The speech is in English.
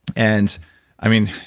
and i mean,